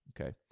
Okay